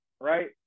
Right